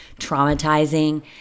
traumatizing